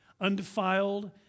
undefiled